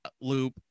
loop